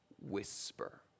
whisper